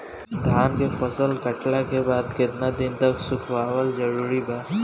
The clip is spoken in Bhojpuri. धान के फसल कटला के बाद केतना दिन तक सुखावल जरूरी बा?